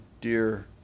dear